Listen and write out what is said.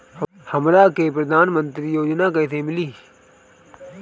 हमरा के प्रधानमंत्री योजना कईसे मिली?